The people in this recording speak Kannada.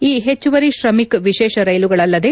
ಈ ಹೆಚ್ಚುವರಿ ತ್ರಮಿಕ್ ವಿಶೇಷ ರೈಲುಗಳಲ್ಲದೆ